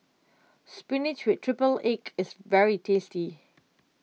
Spinach with Triple Egg is very tasty